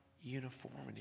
uniformity